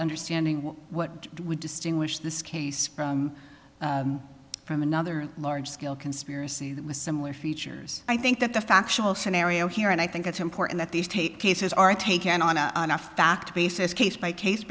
understanding what distinguished this case from from another large scale conspiracy that was similar features i think that the factual scenario here and i think it's important that these tape cases are taken on a on a fact basis case by case